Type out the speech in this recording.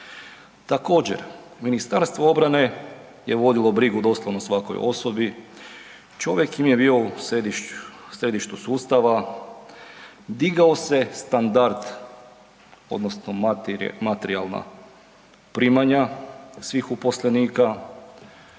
Također Ministarstvo obrane je vodilo brigu doslovno o svakoj osobi, čovjek im je bio u središtu sustava, digao se standard odnosno materijalna primanja svih uposlenika,